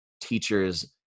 teachers